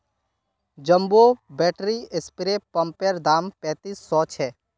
jumbo battery spray पंपैर दाम पैंतीस सौ छे